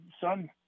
son